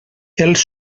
els